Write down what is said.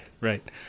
right